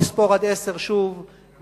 לספור שוב עד עשר,